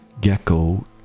gecko